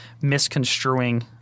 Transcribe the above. misconstruing